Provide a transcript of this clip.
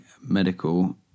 medical